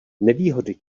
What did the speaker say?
nevýhody